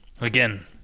Again